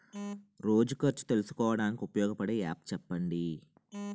రోజు ఖర్చు తెలుసుకోవడానికి ఉపయోగపడే యాప్ చెప్పండీ?